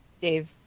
Dave